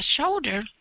shoulder